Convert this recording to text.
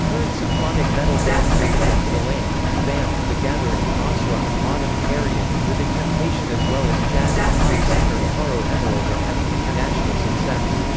current symphonic metal bands epica, delain, revamp, the gathering, asrai, autumn, ayreon and within temptation as well as jazz and pop singer caro emerald are having international success.